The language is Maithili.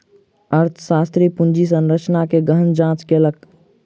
अर्थशास्त्री पूंजी संरचना के गहन जांच कयलक